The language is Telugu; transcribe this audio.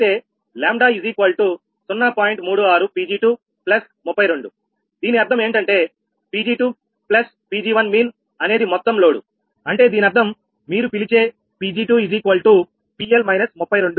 36 𝑃𝑔232 దీని అర్థం ఏమిటంటే 𝑃𝑔2 𝑃𝑔1𝑚in అనేది మొత్తం లోడు అంటే దీనర్థం మీరు పిలిచే 𝑃𝑔2𝑃L−32 అని